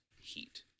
Heat